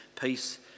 peace